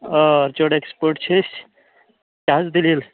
orchard expert چھِ أسۍ کیٛاہ حظ دٔلیٖل